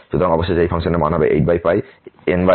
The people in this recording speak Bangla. সুতরাং অবশেষে এই ফাংশনের মান হবে 8n4n2 1